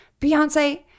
beyonce